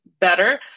better